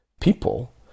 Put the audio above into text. people